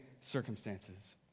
circumstances